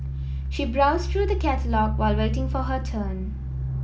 she browsed through the catalogue while waiting for her turn